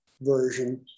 version